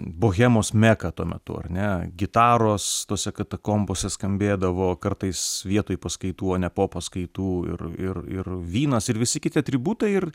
bohemos meka tuo metu ar ne gitaros tose katakombose skambėdavo kartais vietoj paskaitų o ne po paskaitų ir ir ir vynas ir visi kiti atributai ir